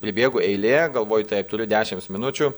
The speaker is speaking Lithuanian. pribėgu eilė galvoju taip turiu dešims minučių